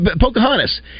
Pocahontas